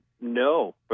No